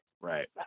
Right